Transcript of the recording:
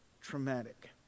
traumatic